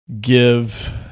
give